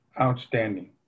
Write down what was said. Outstanding